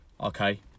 okay